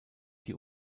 die